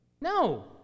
No